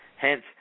Hence